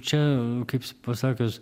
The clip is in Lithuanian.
čia kaip pasakius